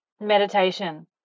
meditation